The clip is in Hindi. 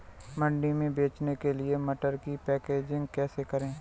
मंडी में बेचने के लिए मटर की पैकेजिंग कैसे करें?